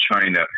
China